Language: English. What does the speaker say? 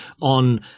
on